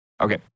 Okay